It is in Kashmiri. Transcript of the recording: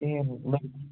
کِہیٖنٛۍ نہٕ مطلب